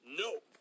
Nope